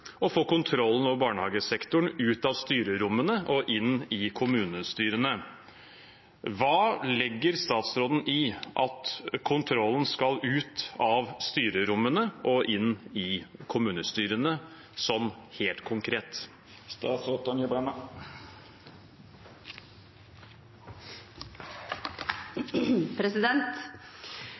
å få kontroll over barnehagesektoren – ut av styrerommene og inn i kommunestyrene. Hva legger statsråden i at kontrollen skal ut av styrerommene og inn i kommunestyrene, sånn helt konkret?